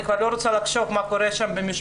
אני כבר לא רוצה לחשוב מה קורה במשפחות,